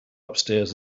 upstairs